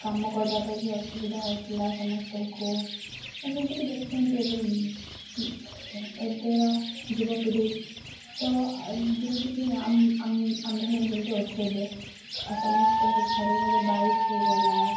କାମ କରିବା ପାଇଁ ବି ଅସୁବିଧା ହେଉଥିଲା ସମସ୍ତଙ୍କୁ ଯେମିତିକି ଦେଖୁଛନ୍ତି ଏବେ ଏବେର ଯୁବପିଢ଼ି ତ ଯେମିତିକି ଆମ୍ଭେ ମାନେ ଯେମିତି ଅଛୁ ଏବେ ଆଉ ସମସ୍ତଙ୍କୁ ଘରେ ଘରେ ବାଇକ୍ ହେଇଗଲା